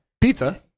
pizza